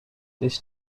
this